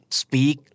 speak